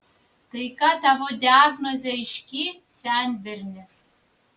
tai ką tavo diagnozė aiški senbernis